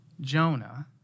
Jonah